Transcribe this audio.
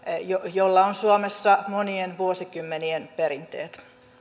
jolla on suomessa monien vuosikymmenien perinteet